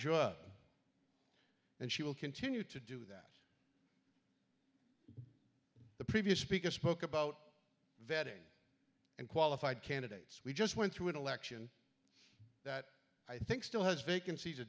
job and she will continue to do that the previous speaker spoke about vetting and qualified candidates we just went through an election that i think still has vacancies